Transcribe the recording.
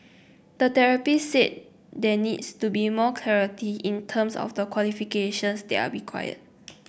a therapist said there needs to be more clarity in terms of the qualifications that are required